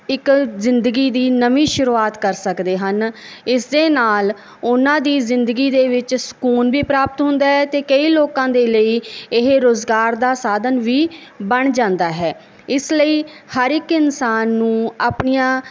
ਇੱਕ ਜ਼ਿੰਦਗੀ ਦੀ ਨਵੀਂ ਸ਼ੁਰੂਆਤ ਕਰ ਸਕਦੇ ਹਨ ਇਸ ਦੇ ਨਾਲ ਉਨ੍ਹਾਂ ਦੀ ਜ਼ਿੰਦਗੀ ਦੇ ਵਿੱਚ ਸਕੂਨ ਵੀ ਪ੍ਰਾਪਤ ਹੁੰਦਾ ਹੈ ਅਤੇ ਕਈ ਲੋਕਾਂ ਦੇ ਲਈ ਇਹ ਰੁਜ਼ਗਾਰ ਦਾ ਸਾਧਨ ਵੀ ਬਣ ਜਾਂਦਾ ਹੈ ਇਸ ਲਈ ਹਰ ਇੱਕ ਇਨਸਾਨ ਨੂੰ ਆਪਣੀਆਂ